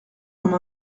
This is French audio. comme